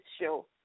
show